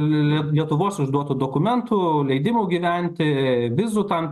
lietuvos išduotų dokumentų leidimų gyventi vizų tam